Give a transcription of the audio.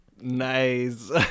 Nice